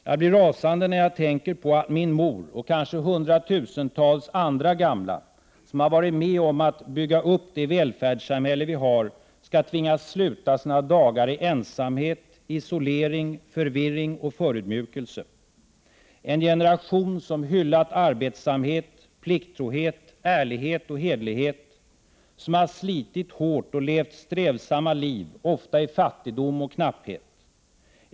”Jag blir rasande när jag tänker på att min mor, och kanske 100 000-tals andra gamla, som varit med om att bygga upp det välfärdssamhälle vi har, ska tvingas sluta sina dagar i ensamhet, isolering, förvirring och förödmjukelse. En generation som hyllat arbetsamhet, plikttrohet, ärlighet och hederlighet, som har slitit hårt och levt strävsamma liv, ofta i fattigdom och knapphet.